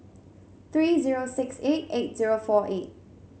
three zero six eight eight zero four eight